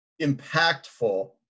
impactful